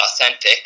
authentic